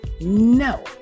No